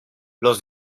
los